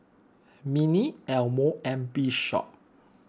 Minnie Elmo and Bishop